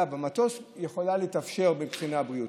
במטוס יכולה להתאפשר מבחינה בריאותית,